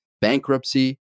bankruptcy